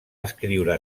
escriure